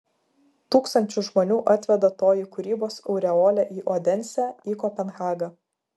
tūkstančius žmonių atveda toji kūrybos aureolė į odensę į kopenhagą